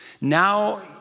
Now